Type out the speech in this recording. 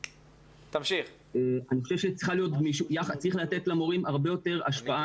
אני חושב שצריך לתת למורים הרבה יותר השפעה,